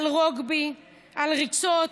על רוגבי, על ריצות,